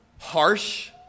harsh